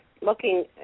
looking